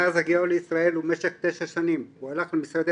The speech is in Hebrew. מאז הגיעו לישראל ובמשך תשע שנים הוא הלך למשרדי